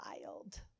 wild